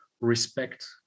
respect